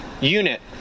unit